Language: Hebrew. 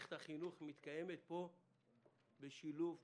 מערכת החינוך מתקיימת פה בשילוב ידיים,